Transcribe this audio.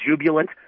jubilant